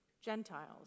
Gentiles